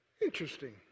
Interesting